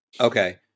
Okay